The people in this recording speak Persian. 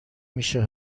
میشه